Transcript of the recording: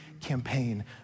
campaign